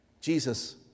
Jesus